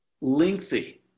lengthy